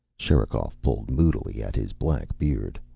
sherikov pulled moodily at his black beard.